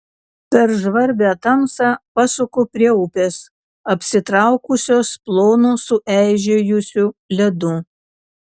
per žvarbią tamsą pasuku prie upės apsitraukusios plonu sueižėjusiu ledu